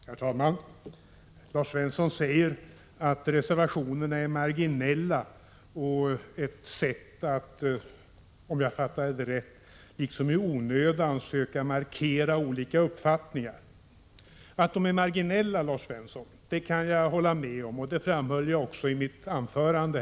Herr talman! Lars Svensson sade att reservationerna är marginella. Om jag fattade honom rätt, menade han att vi genom reservationerna i onödan försökte markera olika uppfattningar. Att reservationerna är marginella kan jag hålla med om. Det framhöll jag också i mitt anförande.